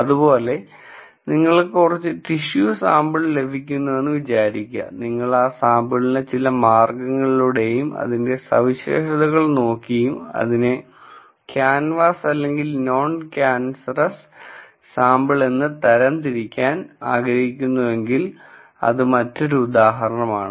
അതുപോലെ നിങ്ങൾക്ക് കുറച്ച് ടിഷ്യു സാമ്പിൾ ലഭിക്കുന്നുവെന്ന് വിചാരിക്കുക നിങ്ങൾ ആ സാമ്പിളിനെ ചില മാർഗ്ഗങ്ങളിലൂടെയും അതിന്റെ സവിശേഷതകൾ നോക്കിയും അതിനെ ക്യാൻസറസ് അല്ലെങ്കിൽ നോൺ ക്യാൻസറസ് സാമ്പിൾ എന്ന് തരംതിരിക്കാൻ ആഗ്രഹിക്കുന്നുവെങ്കിൽ അത് മറ്റൊരു ഉദാഹരണം ആണ്